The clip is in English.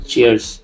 Cheers